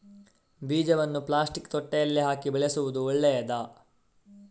ಬೀಜವನ್ನು ಪ್ಲಾಸ್ಟಿಕ್ ತೊಟ್ಟೆಯಲ್ಲಿ ಹಾಕಿ ಬೆಳೆಸುವುದು ಒಳ್ಳೆಯದಾ?